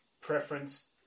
preference